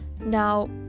Now